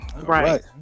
Right